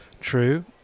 True